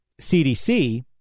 CDC